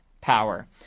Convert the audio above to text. power